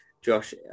josh